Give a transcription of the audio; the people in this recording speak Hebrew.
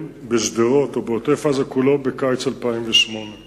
ביום כ"ו באייר תשס"ט (20 במאי 2009):